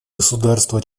государства